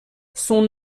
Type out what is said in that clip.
son